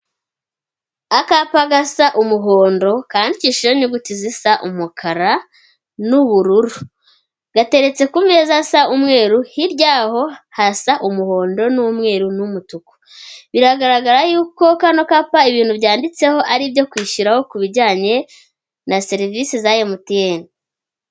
Akapa gasa umuhondo, kandikishijeho nyuguti zisa umukara n'ubururu, gateretse ku meza asa umweru, hirya y'aho hasa umuhondo n'umweru n'umutuku, biragaragara yuko kano kapa ibintu byanditseho ari ibyo kwishyuraho ku bijyanye na serivisi za MTN.